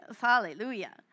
hallelujah